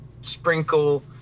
sprinkle